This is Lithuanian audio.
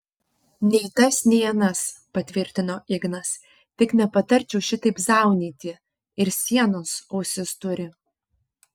nei tas nei anas patvirtino ignas tik nepatarčiau šitaip zaunyti ir sienos ausis turi